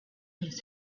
his